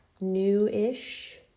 new-ish